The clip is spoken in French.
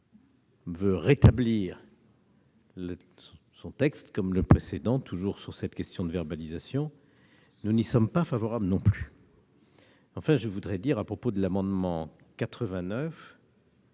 à rétablir le texte initial, toujours sur cette question de la verbalisation. Nous n'y sommes pas favorables non plus. Enfin, je voudrais dire, à propos de l'amendement n°